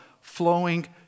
flowing